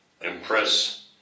impress